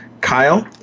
Kyle